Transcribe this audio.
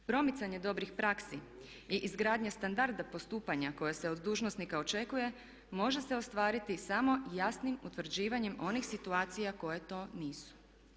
Promicanje dobrih praksi i izgradnja standarda postupanja koja se od dužnosnika očekuje može se ostvariti samo jasnim utvrđivanjem onih situacija koje to nisu.